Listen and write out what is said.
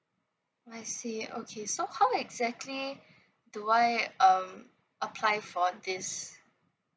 I see okay so how exactly do I um apply for this